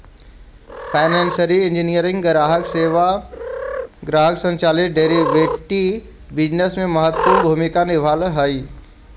financial engineering ग्राहक संचालित derivative business में महत्वपूर्ण भूमिका निभावऽ हई